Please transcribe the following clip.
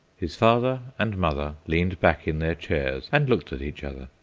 his father and mother leaned back in their chairs and looked at each other.